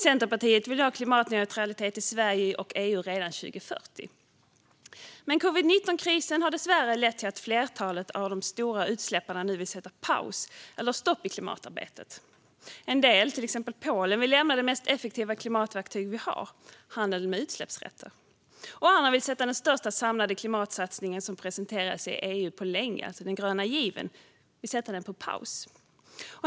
Centerpartiet vill nå klimatneutralitet i Sverige och EU redan 2040. Men covid-19-krisen har dessvärre lett till att flertalet av de stora utsläpparna nu vill göra paus eller stopp i klimatarbetet. En del, till exempel Polen, vill lämna det mest effektiva klimatverktyg vi har, handeln med utsläppsrätter. Andra vill sätta den största samlade klimatsatsningen som presenterats i EU på länge - den gröna given - på paus.